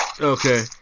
Okay